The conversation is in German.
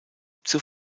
zur